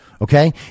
Okay